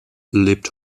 lebt